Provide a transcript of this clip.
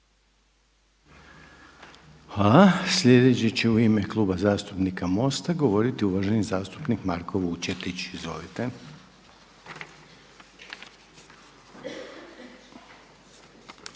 lijepa. Sljedeći će u ime Kluba zastupnika MOST-a govoriti uvaženi zastupnik Marko Vučetić. Izvolite.